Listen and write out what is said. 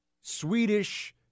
Swedish